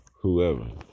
whoever